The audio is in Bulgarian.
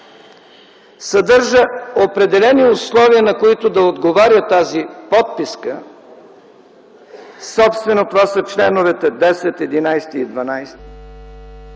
съдържа определени условия, на които да отговаря тази подписка, собствено това са членовете 10, 11 и 12,